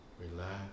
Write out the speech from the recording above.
relax